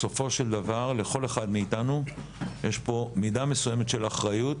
בסופו של דבר לכל אחד מאיתנו יש פה מידה מסוימת של אחריות